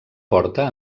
porta